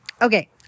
Okay